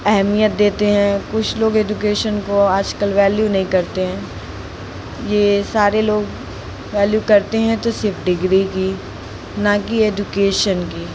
अहमियत देते हैं कुछ लोग एदुकेशन को आज कल वैल्यू नहीं करते हैं ये सारे लोग वैल्यू करते हैं तो सिर्फ़ डिग्री की ना कि एदुकेशन की